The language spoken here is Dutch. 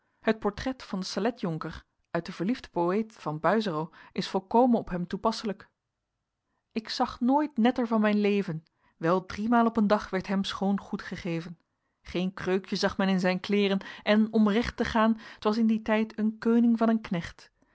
het portret van den saletjonker uit den verliefden poëet van buysero is volkomen op hem toepasselijk k zag nooit netter van mijn leven wel driemaal op een dag werd hem schoon goed gegeven geen kreukje zag men in zijn kleeren en om recht te gaan t was in dien tijd een keuning van een knecht